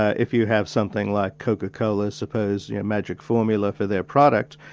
ah if you have something like coca cola's supposed magic formula for their product,